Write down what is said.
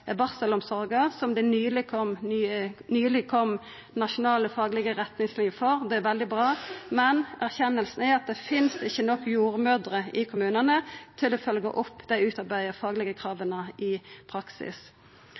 barselomsorga, som det nyleg kom nasjonale faglege retningslinjer for – det er veldig bra – men erkjenninga er at det finst ikkje nok jordmødrer i kommunane til å følgja opp dei utarbeidde faglege krava i praksis.